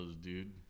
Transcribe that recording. dude